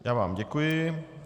Já vám děkuji.